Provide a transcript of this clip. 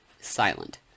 silent